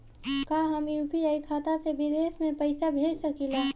का हम यू.पी.आई खाता से विदेश में पइसा भेज सकिला?